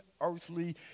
earthly